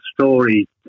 story